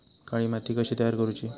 काळी माती कशी तयार करूची?